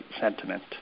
sentiment